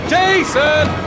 Jason